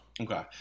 okay